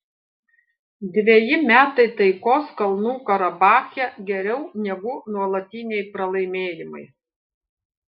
dveji metai taikos kalnų karabache geriau negu nuolatiniai pralaimėjimai